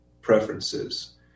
preferences